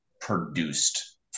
produced